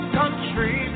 country